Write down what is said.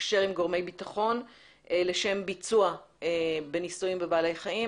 להתקשר עם גורמי ביטחון לשם ביצוע ניסויים בבעלי חיים,